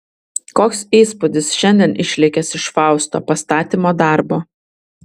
koks įspūdis šiandien išlikęs iš fausto pastatymo darbo